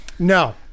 No